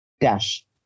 Dash